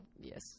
Yes